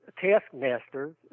Taskmasters